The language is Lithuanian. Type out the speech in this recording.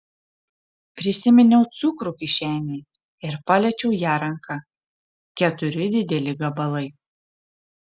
prisiminiau cukrų kišenėje ir paliečiau ją ranka keturi dideli gabalai